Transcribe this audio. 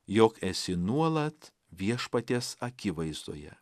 jog esi nuolat viešpaties akivaizdoje